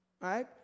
Right